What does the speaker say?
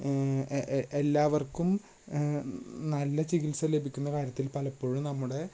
A എ എല്ലാവർക്കും നല്ല ചികിത്സ ലഭിക്കുന്ന കാര്യത്തിൽ പലപ്പോഴും നമ്മുടെ